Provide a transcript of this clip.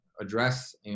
address